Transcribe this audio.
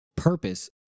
purpose